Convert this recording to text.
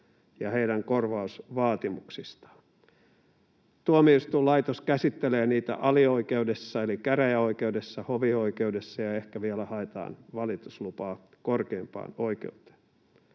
ja heidän korvausvaatimuksistaan. Tuomioistuinlaitos käsittelee niitä alioikeudessa eli käräjäoikeudessa, hovioikeudessa, ja ehkä vielä haetaan valituslupaa korkeimpaan oikeuteen.